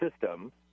system